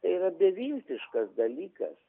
yra beviltiškas dalykas